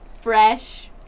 fresh